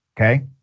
okay